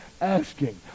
asking